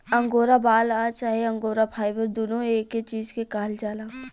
angora बाल आ चाहे अंगोरा फाइबर दुनो एके चीज के कहल जाला